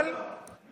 אבל, לא, לא.